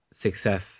success